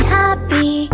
happy